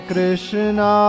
Krishna